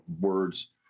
words